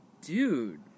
dude